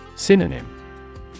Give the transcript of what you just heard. Synonym